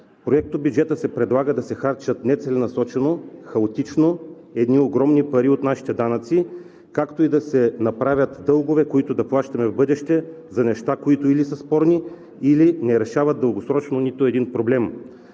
проектобюджета се предлага да се харчат не целенасочено, хаотично едни огромни пари от нашите данъци, както и да се направят дългове, които да плащаме в бъдеще за неща, които или са спорни, или не решават дългосрочно нито един проблем.